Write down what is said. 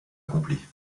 accompli